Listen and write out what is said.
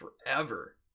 forever